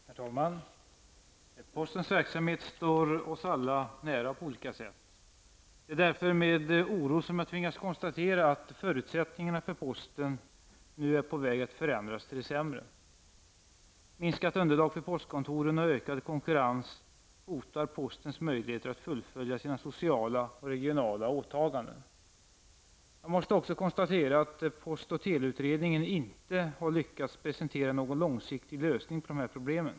Herr talman! Postens verksamhet står oss alla nära på olika sätt. Det är därför med oro som jag tvingas konstatera att förutsättningarna för posten nu är på väg att förändras till det sämre. Minskat underlag för postkontoren och ökad konkurrens hotar postens möjligheter att fullfölja sina sociala och regionala åtaganden. Jag måste också konstatera att post och teleutredningen inte har lyckats presentera någon långsiktig lösning på dessa problem.